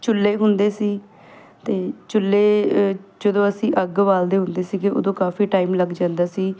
ਚੁੱਲੇ ਹੁੰਦੇ ਸੀ ਅਤੇ ਚੁੱਲੇ ਜਦੋਂ ਅਸੀਂ ਅੱਗ ਬਾਲਦੇ ਹੁੰਦੇ ਸੀਗੇ ਉਦੋਂ ਕਾਫੀ ਟਾਈਮ ਲੱਗ ਜਾਂਦਾ ਸੀ